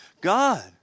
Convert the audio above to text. God